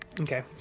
Okay